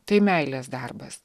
tai meilės darbas